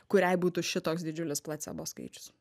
kuriai būtų šitoks didžiulis placebo skaičius